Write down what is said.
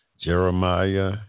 Jeremiah